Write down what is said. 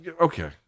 Okay